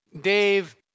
Dave